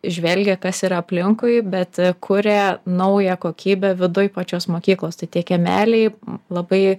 žvelgia kas yra aplinkui bet kuria naują kokybę viduj pačios mokyklos tai tie kiemeliai labai